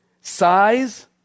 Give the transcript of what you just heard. Size